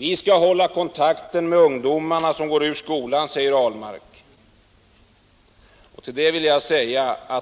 Vi skall hålla kontakten med ungdomarna som går ut skolan, svarar herr Ahlmark.